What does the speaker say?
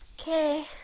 Okay